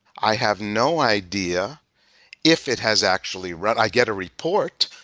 i have no idea if it has actually run. i get a report,